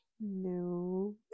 No